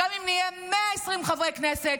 גם אם נהיה 120 חברי כנסת,